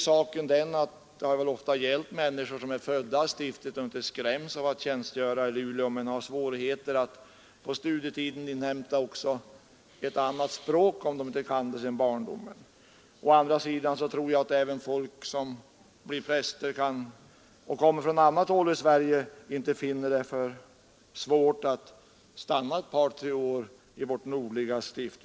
Saken är den att det väl ofta har gällt människor som är födda i Luleå stift och inte skräms av att tjänstgöra där men har svårigheter att på studietiden inhämta också ett annat språk, om de inte kan det sedan barndomen. Å andra sidan tror jag att det finns blivande präster som kommer från annat håll i Sverige och som inte finner det för svårt att stanna ett par tre år i vårt nordliga stift.